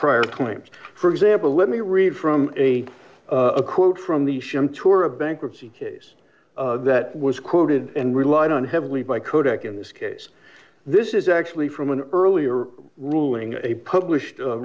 prior claims for example let me read from a a quote from the shim tour a bankruptcy case that was quoted and relied on heavily by kodak in this case this is actually from an earlier ruling a published